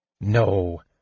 No